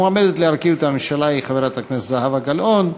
המועמדת להרכיב את הממשלה היא חברת הכנסת זהבה גלאון,